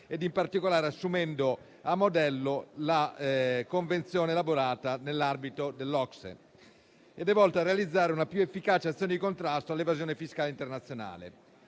e in particolare assumendo a modello la Convenzione elaborata nell'ambito dell'OCSE. Esso è volto a realizzare una più efficace azione di contrasto all'evasione fiscale internazionale.